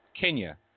Kenya